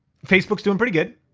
facebook's doing pretty good.